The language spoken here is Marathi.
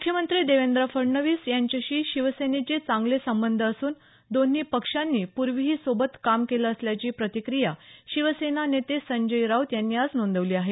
मुख्यमंत्री देवंद्र फडणवीस यांच्याशी शिवसेनेचे चांगले संबंध असून दोन्ही पक्षांनी पूर्वीही सोबत काम केलं असल्याची प्रतिक्रीया शिवसेना नेते संजय राऊत यांनी आज नोंदवली आहे